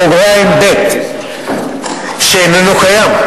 סעיף קטן שאיננו קיים.